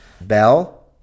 Bell